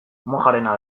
mojarena